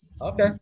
Okay